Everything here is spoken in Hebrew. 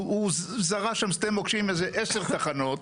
הוא זרע שם שדה מוקשים באיזה עשר תחנות,